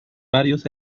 varios